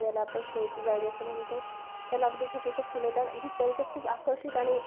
ज्याला आपण शोची जाळी असं म्हणतो त्याला अगदी छोटे छोटे फुलं येतात दिसायला ते खूप आकर्षित आणि